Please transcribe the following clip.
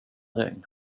regn